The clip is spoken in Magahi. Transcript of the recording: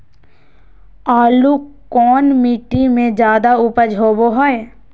आलू कौन मिट्टी में जादा ऊपज होबो हाय?